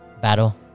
battle